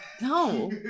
No